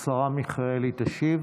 השרה מיכאלי תשיב.